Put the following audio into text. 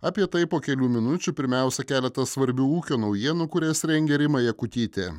apie tai po kelių minučių pirmiausia keletas svarbių ūkio naujienų kurias rengė rima jakutytė